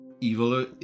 Evil